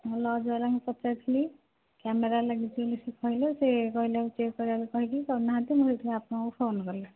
ଲଜ୍ବାଲାଙ୍କୁ ମୁଁ ପଚାରିଥିଲି କ୍ୟାମେରା ଲାଗିଛି ବୋଲି ସେ କହିଲେ ସେ କହିଲେ ଚେକ୍ କରିବାକୁ କହିକି କରୁନାହାନ୍ତି ମୁଁ ସେଥିପାଇଁ ଆପଣଙ୍କୁ ଫୋନ୍ କଲି